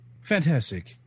fantastic